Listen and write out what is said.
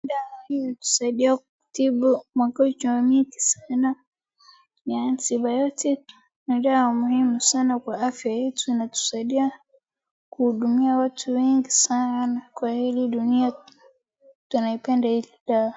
Dawa hii hutusaidia kutibu magonjwa nyingi sana ni antibiotics ni dawa muhimu sana kwa afya yetu inatusaidia kuhudumia watu wengi sana kwa hii dunia, watu wanaipenda hili dawa.